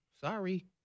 Sorry